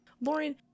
lauren